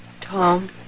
Tom